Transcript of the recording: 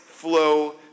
flow